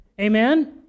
amen